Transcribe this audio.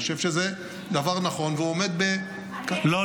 אני חושב שזה דבר נכון והוא עומד --- אני הייתי בעד --- לא,